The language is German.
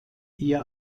ihr